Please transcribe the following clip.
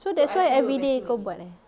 so that's why everyday kau buat eh